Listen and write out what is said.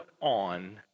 on